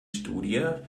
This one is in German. studie